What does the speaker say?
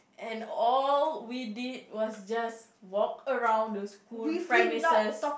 and all we did was just walk around the school premises